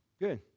Good